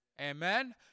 Amen